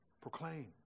Proclaim